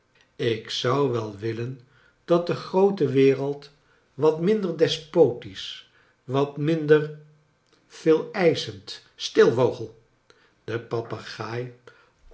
ik zou wel willen dat de groote wereld wat minder despotisch wat minder veeleischend stil vogel de papegaai